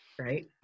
right